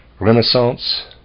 Renaissance